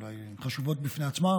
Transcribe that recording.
הן חשובות בפני עצמן,